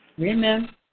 Amen